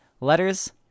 Letters